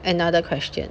another question